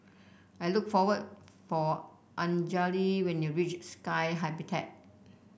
look for for Anjali when you reach Sky Habitat